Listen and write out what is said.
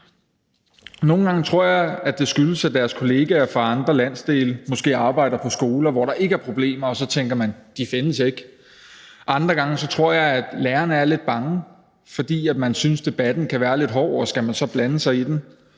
Nogle gange tror jeg, at det skyldes, at deres kollegaer fra andre landsdele måske arbejder på skoler, hvor der ikke er problemer, og så tænker man: De findes ikke. Andre gange tror jeg, at lærerne er lidt bange, fordi man synes, debatten kan være lidt hård, og skal man så blande sig i den?